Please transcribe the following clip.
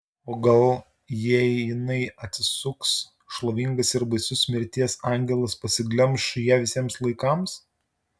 o gal jei jinai atsisuks šlovingas ir baisus mirties angelas pasiglemš ją visiems laikams